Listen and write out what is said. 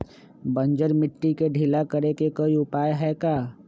बंजर मिट्टी के ढीला करेके कोई उपाय है का?